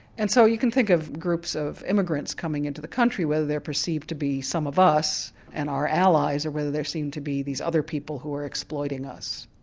and so you can think of groups of immigrants coming into the country whether they're perceived to be some of us and our allies or whether they're seen to be these other people who are exploiting us.